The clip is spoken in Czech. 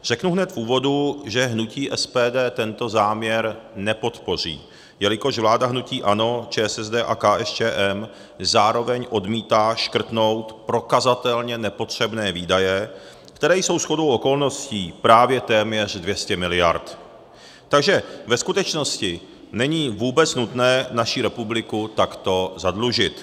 Řeknu hned v úvodu, že hnutí SPD tento záměr nepodpoří, jelikož vláda hnutí ANO, ČSSD a KSČM zároveň odmítá škrtnout prokazatelně nepotřebné výdaje, které jsou shodou okolností právě téměř 200 mld., takže ve skutečnosti není vůbec nutné naši republiku takto zadlužit.